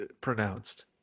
pronounced